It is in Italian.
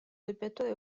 doppiatore